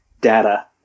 data